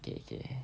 okay okay